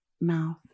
mouth